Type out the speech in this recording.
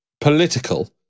political